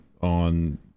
on